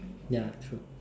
ya true